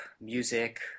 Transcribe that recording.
music